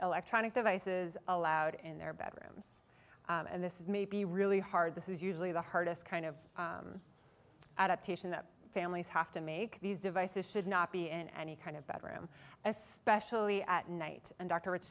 electronic devices allowed in their bedrooms and this may be really hard this is usually the hardest kind of adaptation that families have to make these devices should not be in any kind of bedroom especially at night and doctor